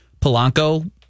Polanco